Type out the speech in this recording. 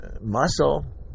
muscle